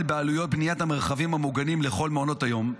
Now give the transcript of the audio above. בעלויות בניית המרחבים המוגנים לכל מעונות היום,